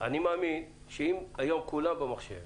רוצה להעמיד דברים על דיוקם: